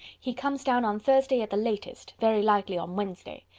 he comes down on thursday at the latest, very likely on wednesday.